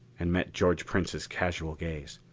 and met george prince's casual gaze.